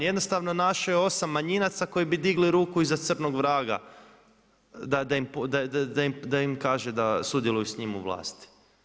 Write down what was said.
Jednostavno našao je osam manjinaca koji bi digli ruku i za crnog vraga da im kaže da sudjeluju s njim u vlasti.